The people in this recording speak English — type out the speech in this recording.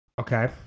Okay